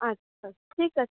আচ্ছা ঠিক আছে